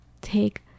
take